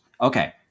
Okay